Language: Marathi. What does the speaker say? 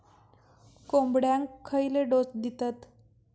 कोंबड्यांक खयले डोस दितत?